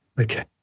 okay